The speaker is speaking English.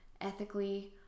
ethically